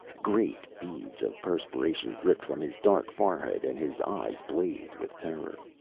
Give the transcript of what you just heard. great beads of perspiration dripped from his dark forehead, and his eyes blazed with terror.